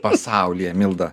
pasaulyje milda